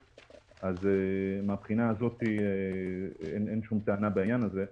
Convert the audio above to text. מן הבחינה הזאת אין שום טענה בעניין הזה,